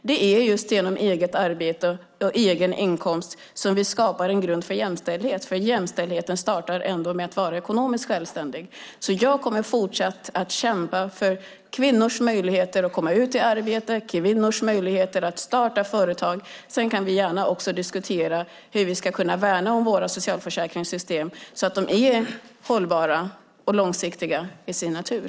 Det är just genom eget arbete och egen inkomst vi skapar en grund för jämställdhet. Jämställdhet startar ändå med att vara ekonomiskt självständig. Jag kommer alltså fortsatt att kämpa för kvinnors möjligheter att komma ut i arbete och kvinnors möjligheter att starta företag. Sedan kan vi gärna också diskutera hur vi ska kunna värna våra socialförsäkringssystem så att de är hållbara och långsiktiga till sin natur.